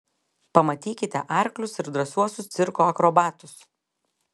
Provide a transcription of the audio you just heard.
pamatykite arklius ir drąsiuosius cirko akrobatus